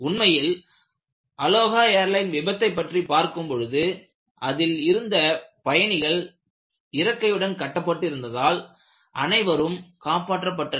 உண்மையில் Aloha airline விபத்தை பற்றி பார்க்கும் பொழுதுஅதில் இருந்த பயணிகள் இருக்கையுடன் கட்டப்பட்டு இருந்ததால் அனைவரும் காப்பாற்றப்பட்டனர்